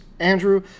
Andrew